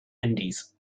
indies